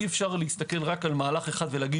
אי אפשר להסתכל רק על מהלך אחד ולומר: